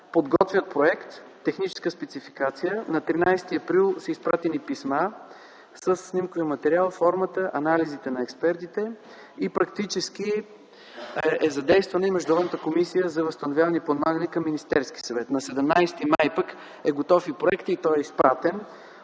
подготвят проект и техническа спецификация. На 13 април са изпратени писма със снимковия материал, формата, анализите на експертите и практически е задействана и Междуведомствената комисия за възстановяване и подпомагане към Министерския съвет. На 17 май е готов и проектът, и той е изпратен.